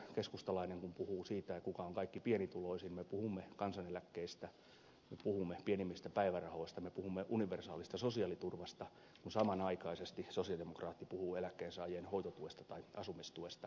kun keskustalainen puhuu siitä kuka on kaikkein pienituloisin hän puhuu kansaneläkkeistä hän puhuu pienimmistä päivärahoista hän puhuu universaalista sosiaaliturvasta kun samanaikaisesti sosialidemokraatti puhuu eläkkeensaajien hoitotuesta tai asumistuesta